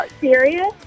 serious